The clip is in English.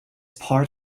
part